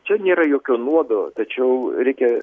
čia nėra jokio nuodo tačiau reikia